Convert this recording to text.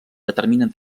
determinen